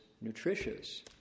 nutritious